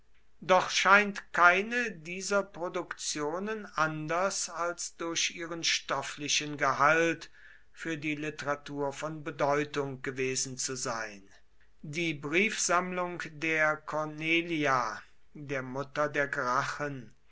doch scheint keine dieser produktionen anders als durch ihren stofflichen gehalt für die literatur von bedeutung gewesen zu sein die briefsammlung der cornelia der mutter der gracchen